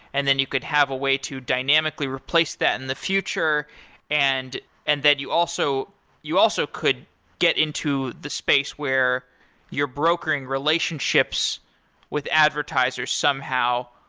and you could have a way to dynamically replace that in the future and and that you also you also could get into the space where you're brokering relationships with advertisers somehow.